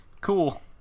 cool